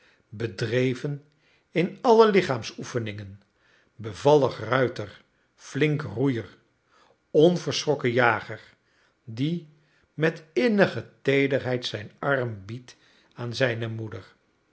bedreven in alle lichaamsoefeningen bevallig ruiter flink roeier onverschrokken jager die met innige teederheid zijn arm biedt aan zijne moeder